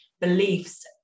beliefs